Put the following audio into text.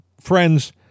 Friends